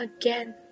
again